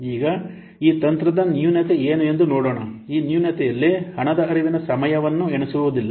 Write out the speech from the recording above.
ಈಗ ಈ ತಂತ್ರದ ನ್ಯೂನತೆ ಏನು ಎಂದು ನೋಡೋಣ ಈ ನ್ಯೂನತೆಯಲ್ಲಿ ಹಣದ ಹರಿವಿನ ಸಮಯವನ್ನು ಎಣಿಸುವುದಿಲ್ಲ